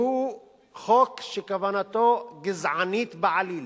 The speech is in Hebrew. שהוא חוק שכוונתו גזענית בעליל,